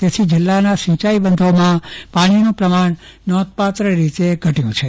તેથી જિલ્લાના સિંચાઈબંધોમાં પાણીનું પ્રમાણ નોંધપાત્રરીતે ઘટયું છે